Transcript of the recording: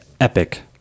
epic